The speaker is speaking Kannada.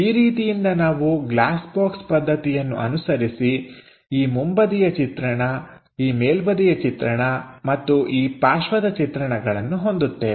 ಈ ರೀತಿಯಿಂದ ನಾವು ಗ್ಲಾಸ್ ಬಾಕ್ಸ್ ಪದ್ಧತಿಯನ್ನು ಅನುಸರಿಸಿ ಈ ಮುಂಬದಿಯ ಚಿತ್ರಣ ಈ ಮೇಲ್ಬದಿಯ ಚಿತ್ರಣ ಮತ್ತು ಈ ಪಾರ್ಶ್ವದ ಚಿತ್ರಣಗಳನ್ನು ಹೊಂದುತ್ತೇವೆ